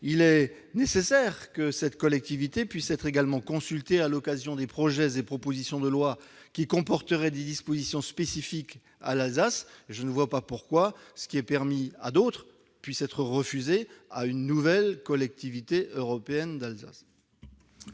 il est nécessaire que cette collectivité puisse être consultée à l'occasion des projets et propositions de loi comportant des dispositions lui étant spécifiques. Je ne vois pas pourquoi ce qui est permis à d'autres serait refusé à la nouvelle Collectivité européenne d'Alsace.